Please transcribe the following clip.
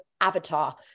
avatar